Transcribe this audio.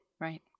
Right